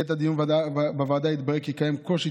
בעת הדיון בוועדה התברר כי קיים קושי